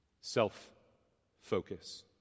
Self-focus